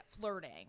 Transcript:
flirting